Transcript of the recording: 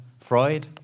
Freud